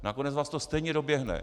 Nakonec vás to stejně doběhne.